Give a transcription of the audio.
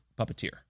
puppeteer